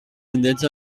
indrets